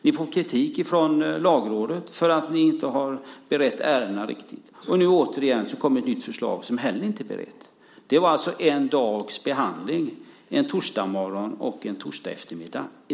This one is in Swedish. Ni får kritik från Lagrådet för att ni inte har berett ärendena riktigt. Nu kommer återigen ett nytt förslag som heller inte är berett. Det var alltså en dags behandling, en torsdagsmorgon och en torsdagseftermiddag.